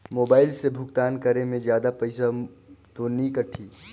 Mobile से भुगतान करे मे जादा पईसा तो नि कटही?